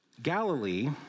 Galilee